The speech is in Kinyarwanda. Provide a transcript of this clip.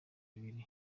ibiri